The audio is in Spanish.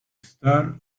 star